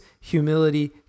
humility